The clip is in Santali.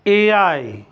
ᱮᱭᱟᱭ